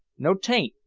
no, tain't,